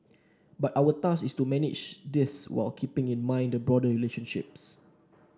but our task is to manage this whilst keeping in mind the broader relationships